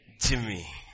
Jimmy